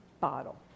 bottle